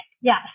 Yes